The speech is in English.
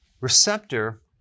receptor